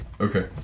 Okay